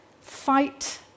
Fight